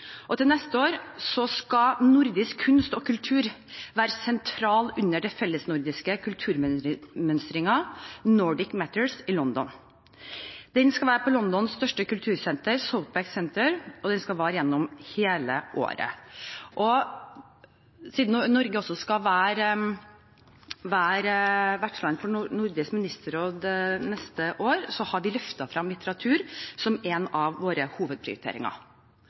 og neste år skal nordisk kunst og kultur være sentral under den fellesnordiske kulturmønstringen Nordic Matters i London. Den skal være på Londons største kultursenter, Southbank Centre, og den skal vare gjennom hele året. Siden Norge også skal være vertsland for Nordisk ministerråd neste år, har vi løftet frem litteratur som en av våre hovedprioriteringer.